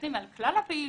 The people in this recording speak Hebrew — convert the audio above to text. כשמסתכלים על כלל הפעילות,